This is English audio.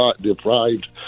deprived